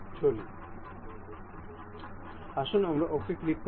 সুতরাং আমরা OK click করব